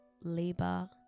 labor